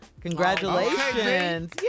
congratulations